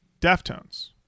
Deftones